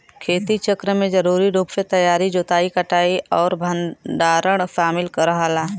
खेती चक्र में जरूरी रूप से तैयारी जोताई कटाई और भंडारण शामिल रहला